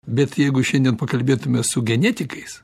bet jeigu šiandien pakalbėtume su genetikais